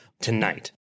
tonight